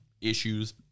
issues